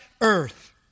earth